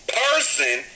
person